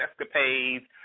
escapades